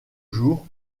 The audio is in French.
jours